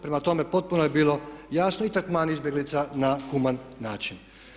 Prema tome, potpuno je bilo jasno i … izbjeglica na human način.